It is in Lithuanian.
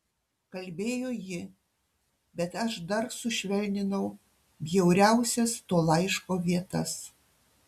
kalbėjo ji bet aš dar sušvelninau bjauriausias to laiško vietas